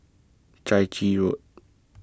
Chai Chee Road